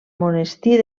monestir